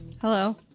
Hello